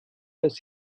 dass